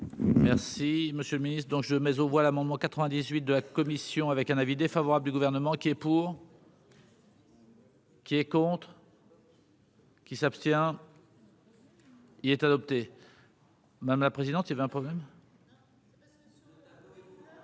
Merci monsieur le ministre. Donc je mais aux voix l'amendement 98 de la commission avec un avis défavorable du gouvernement qui est pour. Qui est contre. Qui s'abstient. Président. Il est adopté. Madame la présidente, il y avait un problème.